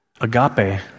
agape